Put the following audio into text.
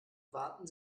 waten